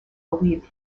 believed